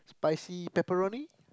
spicy pepperoni